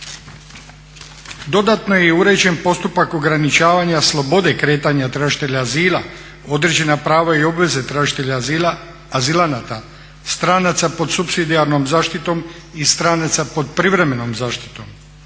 Dodatno je i uređen postupak ograničavanja slobode kretanja tražitelja azila, određena prava i obveze tražitelja azilanata, stranaca pod supsidijarnom zaštitom i stranaca pod privremenom zaštitom.